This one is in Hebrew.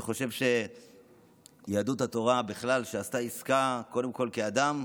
אני חושב שיהדות התורה עשתה עסקה קודם כול עם אדם.